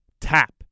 tap